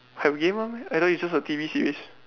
have game one meh I thought it's just a T_V series